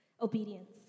obedience